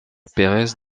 pérez